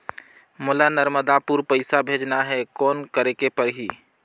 मोला नर्मदापुर पइसा भेजना हैं, कौन करेके परही?